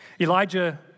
Elijah